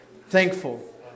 thankful